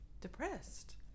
depressed